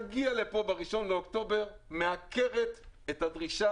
שתגיע לפה בראשון באוקטובר מעקרת את הדרישה